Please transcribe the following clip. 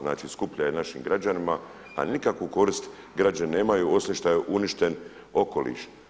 Znači skuplja je našim građanima a nikakvu korist građani nemaju osim što je uništen okoliš.